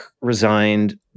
resigned